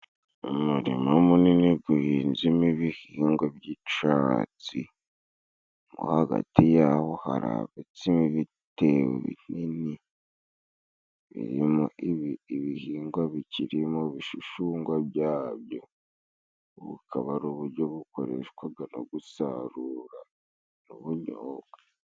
Umurima munini guhinzemo ibihingwa by'icatsi, mo hagati yaho haragatsemo ibitebo binini birimo ibi ibihingwa bikiri mu bishushangwa byabyo akaba ari uburyo bukoreshwa no gusarura n'ubunyoga.